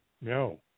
no